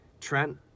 Trent